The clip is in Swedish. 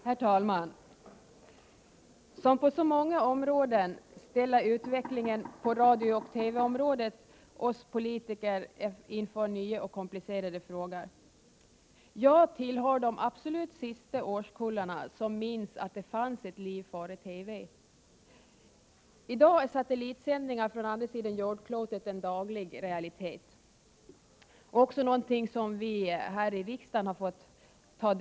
Herr talman! Som på många andra områden ställer utvecklingen på radiooch TV-området oss politiker inför nya och komplicerade frågor efter hand. Jag tillhör de absolut sista årskullarna som minns att det fanns en tid före TV. I dag är satellitsändningar från andra sidan jordklotet en daglig realitet. Även här i riksdagen har vi ju kunnat ta del av satellitsändningar.